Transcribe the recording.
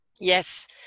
Yes